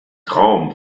traum